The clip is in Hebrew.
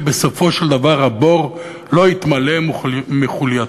ובסופו של דבר הבור לא יתמלא מחולייתו.